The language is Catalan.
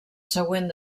següent